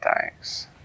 thanks